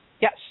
Yes